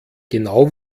genau